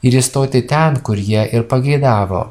ir įstoti ten kur jie ir pageidavo